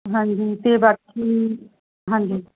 ਹਾਂਜੀ ਅਤੇ ਬਾਕੀ ਹਾਂਜੀ